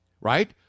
right